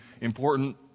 important